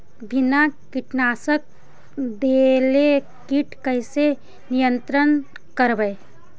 बिना कीटनाशक देले किट कैसे नियंत्रन करबै?